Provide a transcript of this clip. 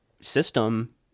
system